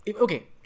Okay